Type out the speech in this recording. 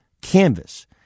canvas